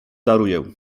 daruję